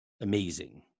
amazing